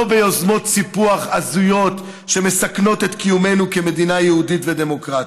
לא ביוזמות סיפוח הזויות שמסכנות את קיומנו כמדינה יהודית ודמוקרטית.